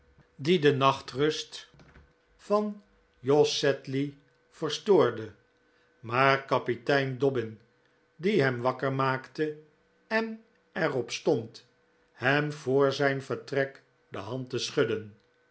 die de nachtrust m van jos sedley verstoorde maar kapitein dobbin die hem wakkcr maakte en er op stond hem voor zijn vertrek de hand te schudden